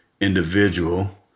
individual